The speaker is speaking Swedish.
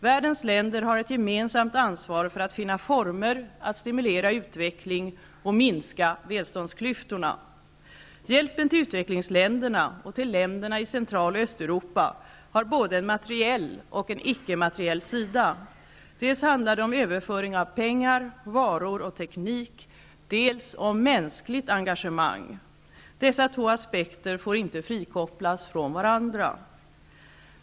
Världens länder har ett gemensamt ansvar för att finna former att stimulera utveckling och minska välståndsklyftorna. Central och Östeuropa har både en materiell och en icke-materiell sida. Dels handlar det om överföring av pengar, varor och teknik, dels om mänskligt engagemang. Dessa två aspekter får inte frikopplas från varandra.